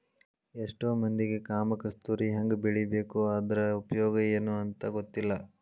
ಎಷ್ಟೋ ಮಂದಿಗೆ ಕಾಮ ಕಸ್ತೂರಿ ಹೆಂಗ ಬೆಳಿಬೇಕು ಅದ್ರ ಉಪಯೋಗ ಎನೂ ಅಂತಾ ಗೊತ್ತಿಲ್ಲ